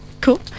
Cool